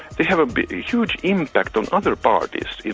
they have a huge impact on other parties,